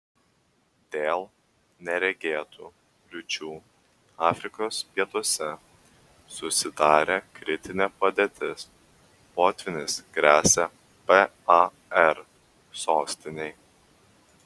dėl neregėtų liūčių afrikos pietuose susidarė kritinė padėtis potvynis gresia par sostinei